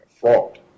fraud